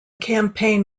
campaign